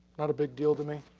not a big deal to me.